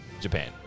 Japan